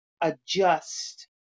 adjust